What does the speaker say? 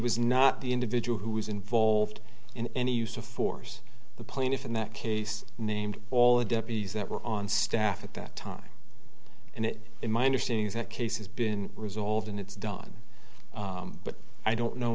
was not the individual who was involved in any use of force the plaintiff in that case named all the deputies that were on staff at that time and it in my understanding is that case has been resolved and it's done but i don't know